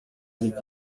olivier